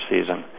season